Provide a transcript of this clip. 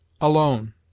ALONE